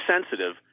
sensitive